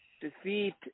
Defeat